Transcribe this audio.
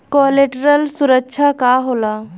Collateral सुरक्षा का होला?